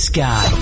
Sky